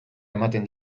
ematen